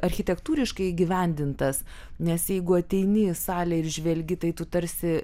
architektūriškai įgyvendintas nes jeigu ateini į salę ir žvelgi tai tu tarsi